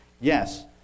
Yes